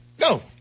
No